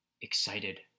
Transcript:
excited